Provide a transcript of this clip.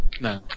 No